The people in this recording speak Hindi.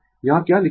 यहाँ क्या लिखा है